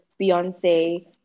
Beyonce